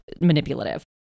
manipulative